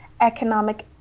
Economic